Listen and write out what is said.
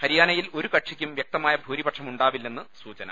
ഹരിയാനയിൽ ഒരുകക്ഷിക്കും വൃക്ത മായ ഭൂരിപക്ഷമുണ്ടാവില്ലെന്ന് സൂചന